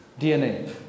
DNA